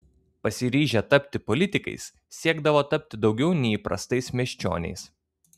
pasiryžę tapti politikais siekdavo tapti daugiau nei įprastais miesčioniais